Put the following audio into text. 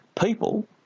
people